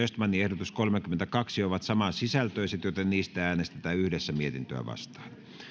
östmanin ehdotus kolmekymmentäkaksi ovat saman sisältöisiä joten niistä äänestetään yhdessä mietintöä vastaan